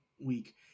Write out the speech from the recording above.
week